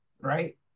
Right